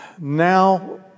Now